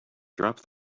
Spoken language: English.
drop